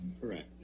Correct